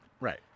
right